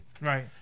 Right